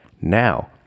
Now